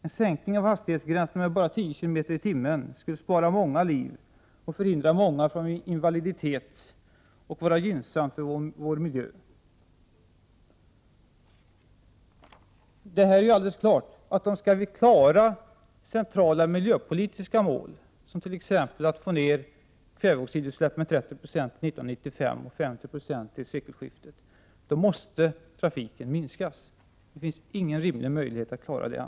En sänkning av hastighetsgränserna med bara 10 km/tim skulle spara många liv, förskona många från invaliditet och vara gynnsam för miljön. Om vi skall klara centrala miljöpolitiska mål, som att få ner kväveoxidutsläppen med 30 9? till 1995 och med 50 96 till sekelskiftet, är det självklart att trafiken måste minska — annars finns det inga rimliga möjligheter att klara det.